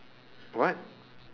what